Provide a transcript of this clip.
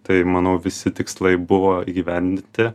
tai manau visi tikslai buvo įgyvendinti